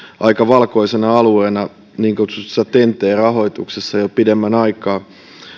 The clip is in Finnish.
aika valkoisena alueena niin kutsutussa ten t rahoituksessa jo pidemmän aikaa